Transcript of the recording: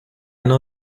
know